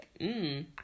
mmm